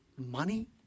money